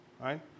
right